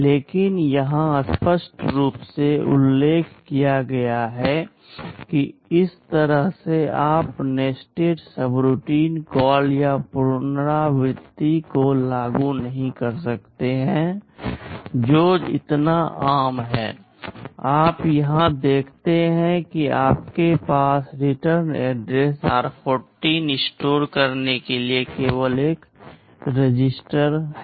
लेकिन यहां स्पष्ट रूप से उल्लेख किया गया है कि इस तरह से आप नेस्टेड सबरूटीन कॉल या पुनरावृत्ति को लागू नहीं कर सकते हैं जो इतना आम है आप यहाँ देखते हैं कि आपके पास रिटर्न एड्रेस r14 स्टोर करने के लिए केवल एक रजिस्टर है